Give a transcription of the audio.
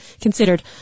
considered